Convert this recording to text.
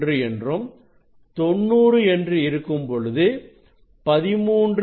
1 என்றும் 90 என்று இருக்கும்பொழுது 13